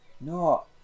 No